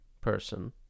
person